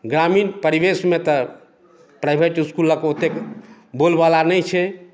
ग्रामीण परिवेशमे तऽ प्राइभेट इस्कुलक ओत्तेक बोलबाला नहि छै